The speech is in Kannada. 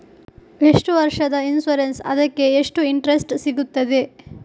ಎಷ್ಟು ವರ್ಷದ ಇನ್ಸೂರೆನ್ಸ್ ಅದಕ್ಕೆ ಎಷ್ಟು ಇಂಟ್ರೆಸ್ಟ್ ಸಿಗುತ್ತದೆ?